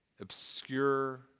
obscure